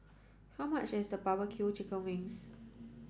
how much is barbecue chicken wings